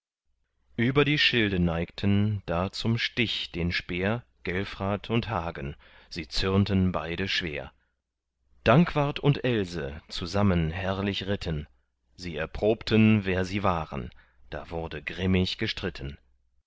über die schilde neigten da zum stich den speer gelfrat und hagen sie zürnten beide schwer dankwart und else zusammen herrlich ritten sie erprobten wer sie waren da wurde grimmig gestritten